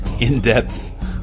in-depth